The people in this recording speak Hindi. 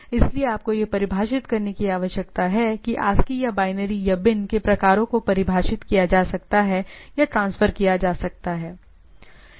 इसलिए आपको यह परिभाषित करने की आवश्यकता है कि ASCII या बाइनरी या बिन के प्रकारों को परिभाषित किया जा सकता है या ट्रांसफर किया जा सकता है